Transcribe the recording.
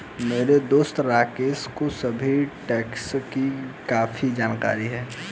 मेरे दोस्त राकेश को सभी टैक्सेस की काफी जानकारी है